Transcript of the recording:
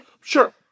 Sure